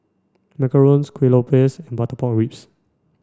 Macarons Kueh Lopes and butter pork ribs